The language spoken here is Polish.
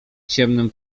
ciemnym